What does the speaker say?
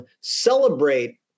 celebrate